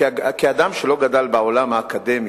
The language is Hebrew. כאדם שלא גדל בעולם האקדמי,